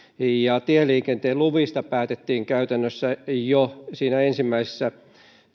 ja tieliikenteen luvista päätettiin käytännössä jo siinä ensimmäisessä